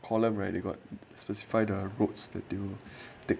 columb right they got specify the roads that they take